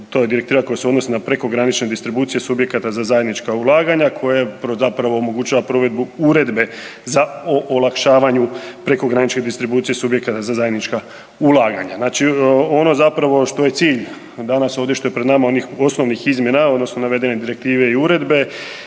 to je direktiva koja se odnosi na prekogranične distribucije subjekata za zajednička ulaganja koje omogućava provedbu uredbe o olakšavanju prekogranične distribucije subjekata za zajednička ulaganja. Znači ono zapravo što je cilj danas ovdje što je pred nama onih osnovnih izmjena odnosno navedene direktive u uredbe